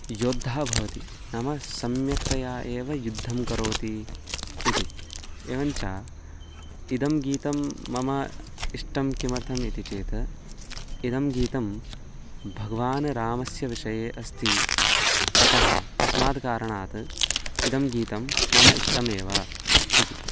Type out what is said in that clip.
योद्धा भवति नाम सम्यक्तया एव युद्धं करोति इति एवञ्च इदं गीतं मम इष्टं किमर्थम् इति चेत् इदं गीतं भगवान् रामस्य विषये अस्ति अतः अस्माद् कारणात् इदं गीतं मम इष्टमेव इति